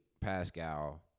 Pascal